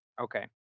Okay